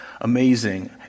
Amazing